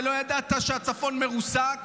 ולא ידעת שהצפון מרוסק.